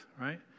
right